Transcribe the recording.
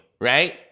right